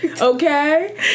okay